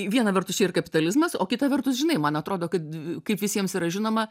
viena vertus čia ir kapitalizmas o kita vertus žinai man atrodo kad kaip visiems yra žinoma